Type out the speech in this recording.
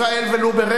ולו ברמז,